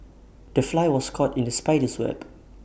the fly was caught in the spider's web